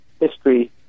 History